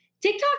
TikTok